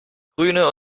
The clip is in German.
grüne